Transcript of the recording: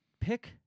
pick